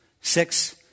Six